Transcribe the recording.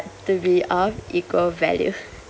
to be of equal value